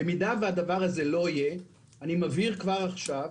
במידה שהדבר הזה לא יהיה, אני מבהיר כבר עכשיו,